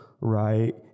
Right